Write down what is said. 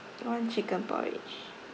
one chicken porridge